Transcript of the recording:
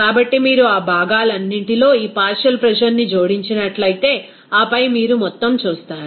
కాబట్టి మీరు ఆ భాగాలన్నింటిలో ఈ పార్షియల్ ప్రెజర్ ని జోడించినట్లయితే ఆపై మీరు మొత్తం చూస్తారు